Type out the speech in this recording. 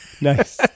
nice